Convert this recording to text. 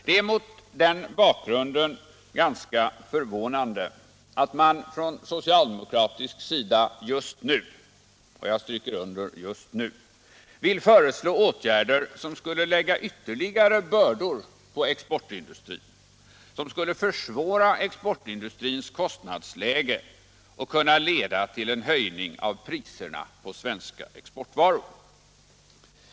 Det är mot den bakgrunden ganska förvånande att man från socialdemokraternas sida just nu föreslår åtgärder som skulle lägga ytterligare bördor på exportindustrin; försvåra dess kostnadsläge och kunna leda till en höjning av priserna på svenska exportvaror.